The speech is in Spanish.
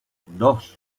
dos